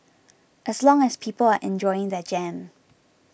as long as people are enjoying their jam